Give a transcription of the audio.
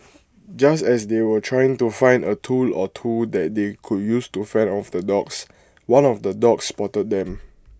just as they were trying to find A tool or two that they could use to fend off the dogs one of the dogs spotted them